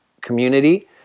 community